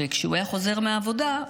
וכשהוא היה חוזר מהעבודה,